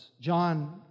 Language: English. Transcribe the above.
John